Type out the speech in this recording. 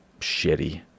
shitty